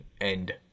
end